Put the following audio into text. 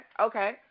Okay